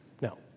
No